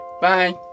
Bye